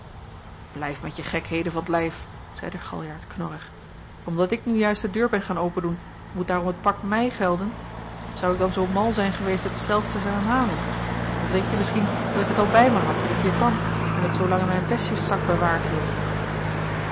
mij met je gekheden van t lijf zeide galjart knorrig omdat ik nu juist de deur ben gaan opendoen moet daarom het pak mij gelden zou ik dan zoo mal zijn geweest het zelf te gaan halen of denkje misschien dat jacob van ennep laasje evenster ik het al bij mij had toen ik hier kwam en het zoolang in mijn vestjeszak bewaard hield